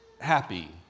happy